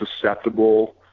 susceptible